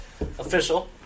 official